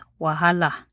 Wahala